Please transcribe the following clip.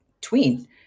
tween